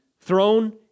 throne